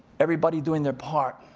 everybody doing their part,